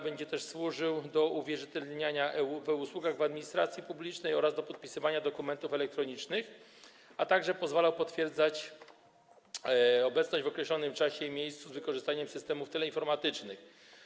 Będzie też służył do uwierzytelniania w e-usługach w administracji publicznej oraz do podpisywania dokumentów elektronicznych, a także będzie pozwalał potwierdzać obecność w określonym czasie i miejscu z wykorzystaniem systemów teleinformatycznych.